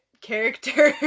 character